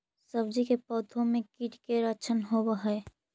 सब्जी के पौधो मे कीट के लच्छन होबहय?